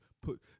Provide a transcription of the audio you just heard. put